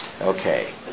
okay